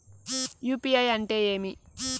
UPI అంటే ఏమి?